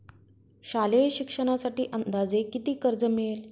शालेय शिक्षणासाठी अंदाजे किती कर्ज मिळेल?